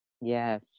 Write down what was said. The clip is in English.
Yes